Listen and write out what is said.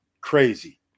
Crazy